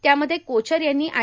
त्यामध्ये कोचर यांनी आय